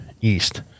East